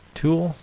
tool